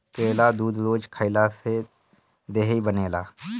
केला दूध रोज खइला से देहि बनेला